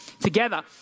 together